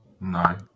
No